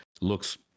looks